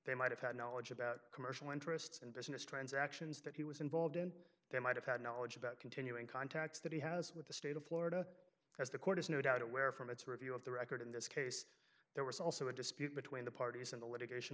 they might have had knowledge about commercial interests and business transactions that he was involved in they might have had knowledge about continuing contacts that he has with the state of florida as the court is no doubt aware from its review of the record in this case there was also a dispute between the parties in the litigation